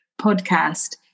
podcast